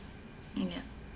mm ya